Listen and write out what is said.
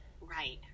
Right